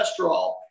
cholesterol